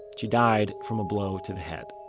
she died from a blow to the head